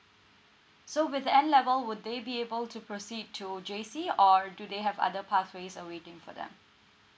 so with the N level would they be able to proceed to J_C or do they have other pathways awaiting for them